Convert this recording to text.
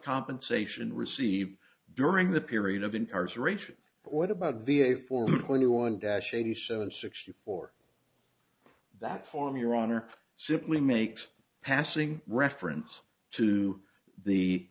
compensation received during the period of incarceration but what about the a form twenty one dash eighty seven sixty four that form your honor simply makes passing reference to the